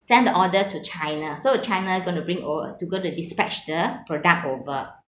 sent the order to china so china going to bring over to go to dispatch the product over